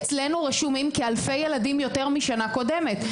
אצלנו רשומים כאלפי ילדים יותר משנה קודמת.